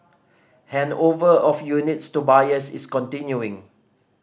handover of units to buyers is continuing